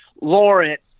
Lawrence